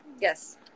Yes